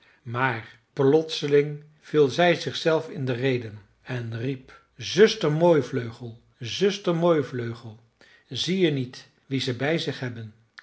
maar plotseling viel zij zichzelf in de rede en riep zuster mooivleugel zuster mooivleugel zie je niet wie ze bij zich hebben